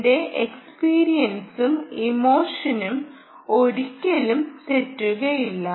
എന്റെ എക്സ്പീരിയൻസും ഈമോഷൻസും ഒരിക്കലും തെറ്റുകയില്ല